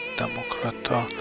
demokrata